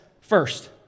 first